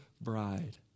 bride